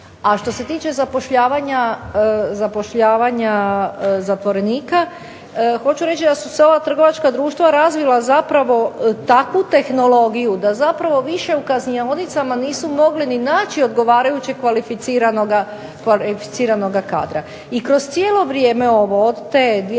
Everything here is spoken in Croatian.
što se tiče zapošljavanja zatvorenika hoću reći da su se ova trgovačka društva razvila zapravo takvu tehnologiju da zapravo više u kaznionicama nisu mogli ni naći odgovarajućeg kvalificiranoga kadra. I kroz cijelo vrijeme ovo od te 2002.